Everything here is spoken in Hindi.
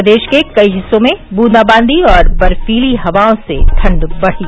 प्रदेश के कई हिस्सों में बूंदाबांदी और बर्फ़ीली हवाओं से ठण्ड बढ़ी